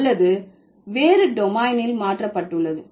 அல்லது வேறு டொமைனில் மாற்றப்பட்டுள்ளது